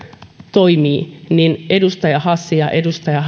toimii edustaja hassin ja